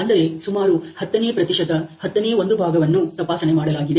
ಅಂದರೆ ಸುಮಾರು ಹತ್ತನೇ ಪ್ರತಿಶತ ಹತ್ತನೇ ಒಂದು ಭಾಗವನ್ನು ತಪಾಸಣೆ ಮಾಡಲಾಗಿದೆ